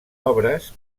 obres